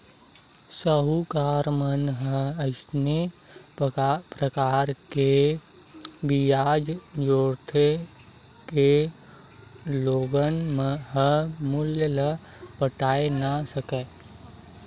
साहूकार मन ह अइसे परकार ले बियाज जोरथे के लोगन ह मूल ल पटाए नइ सकय